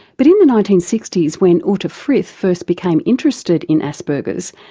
but in the nineteen sixty s when uta frith first became interested in asperger's,